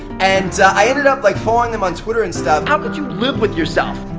and i ended up like, following them on twitter and stuff, how could you live with yourself!